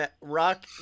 rock